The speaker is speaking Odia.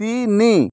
ତିନି